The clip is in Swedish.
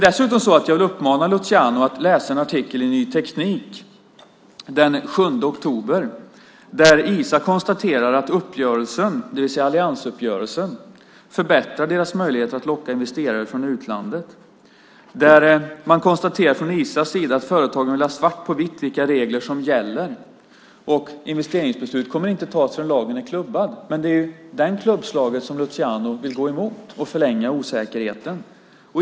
Dessutom vill jag uppmana Luciano att läsa en artikel i Ny Teknik den 7 oktober, där ISA konstaterar att uppgörelsen, det vill säga alliansuppgörelsen, förbättrar deras möjligheter att locka investerare från utlandet. Man konstaterar från ISA:s sida att företagen vill ha svart på vitt vilka regler som gäller. Investeringsbeslut kommer inte att fattas förrän lagen är klubbad, men det är det klubbslaget som Luciano vill gå emot och förlänga osäkerheten.